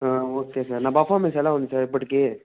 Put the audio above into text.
okay sir నా performance ఎలా ఉంది సార్ ఇప్పటికి